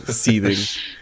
seething